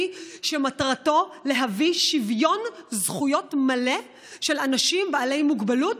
שמטרתו להביא שוויון זכויות מלא של אנשים בעלי מוגבלות